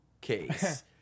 case